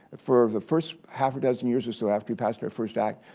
for the first half dozen years or so after we passed our first act,